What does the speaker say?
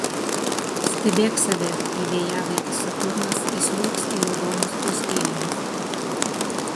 stebėk save kai vėjavaikis saturnas įsliuogs į raudonus puskailinius